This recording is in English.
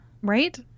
Right